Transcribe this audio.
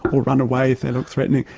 or run away if they look threatening,